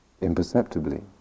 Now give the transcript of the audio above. Imperceptibly